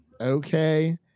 okay